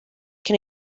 can